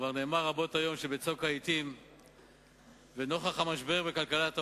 כבר נאמר רבות היום שבצוק העתים ונוכח המשבר בכלכלת העולם,